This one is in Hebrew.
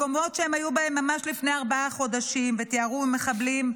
מקומות שהם היו בהם ממש לפני ארבעה חודשים וטיהרו ממחבלים,